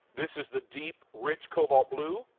this is the deep, rich, cobalt blue,